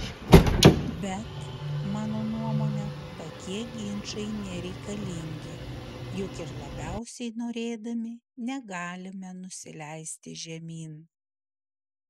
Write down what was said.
bet mano nuomone tokie ginčai nereikalingi juk ir labiausiai norėdami negalime nusileisti žemyn